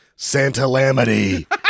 Santa-lamity